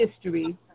history